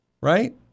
Right